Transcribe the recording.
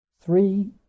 three